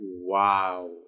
wow